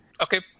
Okay